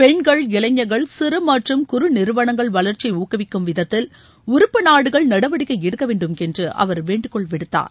பெண்கள் இளைஞர்கள் சிறு மற்றும் குறு நிறுவனங்கள் வளர்ச்சியை ஊக்குவிக்கும் விதத்தில் உறுப்பு நாடுகள் நடவடிக்கை எடுக்க வேண்டும் என்று அவர் வேண்டுகோள் விடுத்தார்